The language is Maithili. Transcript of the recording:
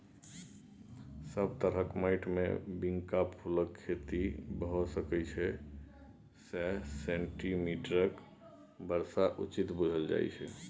सब तरहक माटिमे बिंका फुलक खेती भए सकै छै सय सेंटीमीटरक बर्षा उचित बुझल जाइ छै